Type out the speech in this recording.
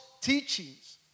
teachings